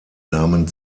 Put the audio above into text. nahmen